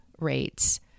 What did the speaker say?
rates